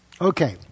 Okay